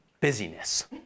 busyness